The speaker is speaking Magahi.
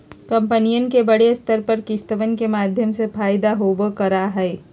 कम्पनियन के बडे स्तर पर किस्तवन के माध्यम से फयदा होवल करा हई